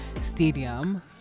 stadium